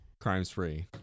crimes-free